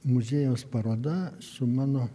muziejaus paroda su mano